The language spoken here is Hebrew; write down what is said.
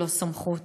ללא סמכות,